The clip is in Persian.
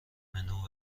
منو